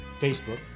Facebook